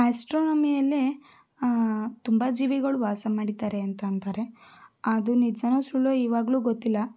ಆ್ಯಸ್ಟ್ರೋನಮಿಯಲ್ಲಿ ತುಂಬ ಜೀವಿಗಳು ವಾಸ ಮಾಡಿದ್ದಾರೆ ಅಂತ ಅಂತಾರೆ ಅದು ನಿಜನೋ ಸುಳ್ಳೋ ಈವಾಗ್ಲೂ ಗೊತ್ತಿಲ್ಲ